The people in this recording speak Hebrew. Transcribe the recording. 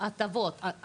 הטבות,